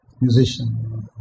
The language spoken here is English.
musician